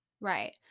Right